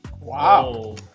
Wow